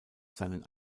seinen